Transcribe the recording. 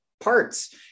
parts